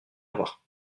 voir